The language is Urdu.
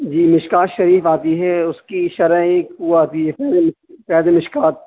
جی مشکوۃ شریف آتی ہے اس کی شرح ایک وہ آتی ہے سراج المشکوۃ